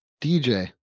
DJ